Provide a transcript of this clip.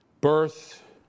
birth